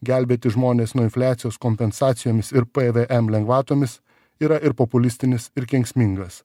gelbėti žmones nuo infliacijos kompensacijomis ir pvm lengvatomis yra ir populistinis ir kenksmingas